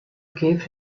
gave